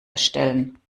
erstellen